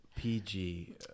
PG